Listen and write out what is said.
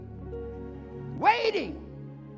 waiting